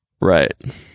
Right